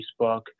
Facebook